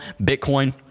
Bitcoin